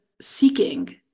seeking